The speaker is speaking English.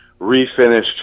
refinished